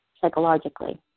psychologically